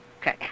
Okay